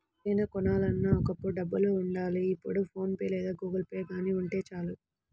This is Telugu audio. ఏది కొనాలన్నా ఒకప్పుడు డబ్బులుండాలి ఇప్పుడు ఫోన్ పే లేదా గుగుల్పే గానీ ఉంటే చాలు